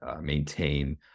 maintain